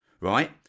right